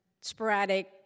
sporadic